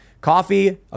Coffee